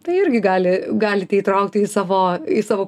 tai irgi gali galite įtraukti į savo į savo